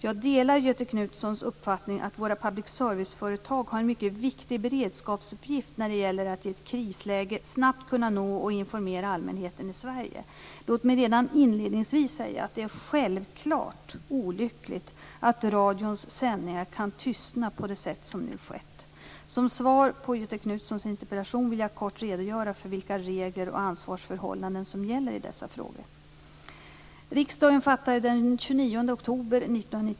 Jag delar Göthe Knutsons uppfattning att våra public service-företag har en mycket viktig beredskapsuppgift när det gäller att i ett krisläge snabbt kunna nå och informera allmänheten i Sverige. Låt mig redan inledningsvis säga att det självklart är olyckligt att radions sändningar kan tystna på det sätt som nu skett. Som svar på Göthe Knutsons interpellation vill jag kort redogöra för vilka regler och ansvarsförhållanden som gäller i dessa frågor.